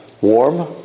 warm